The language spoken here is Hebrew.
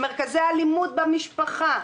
מרכזי אלימות במשפחה,